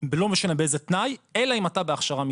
לא משנה באיזה תנאי, אלא אם אתה בהכשרה מקצועית.